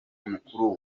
mukuru